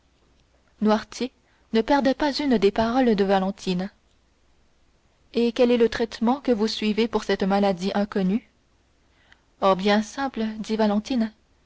noirtier ne perdait pas une des paroles de valentine et quel est le traitement que vous suivez pour cette maladie inconnue oh bien simple dit valentine